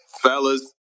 fellas